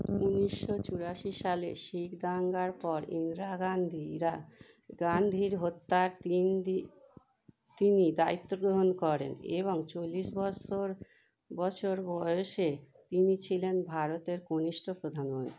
ঊনিশশো চুরাশি সালে শিখ দাঙ্গার পর ইন্দিরা গান্ধীরা গান্ধীর হত্যার তিন দি তিনি দায়িত্ব গ্রহণ করেন এবং চল্লিশ বছর বছর বয়সে তিনি ছিলেন ভারতের কনিষ্ঠ প্রধানমন্ত্রী